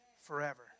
forever